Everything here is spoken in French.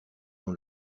dans